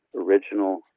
original